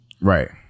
Right